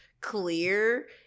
clear